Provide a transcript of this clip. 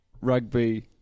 rugby